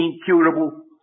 incurable